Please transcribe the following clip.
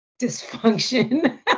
dysfunction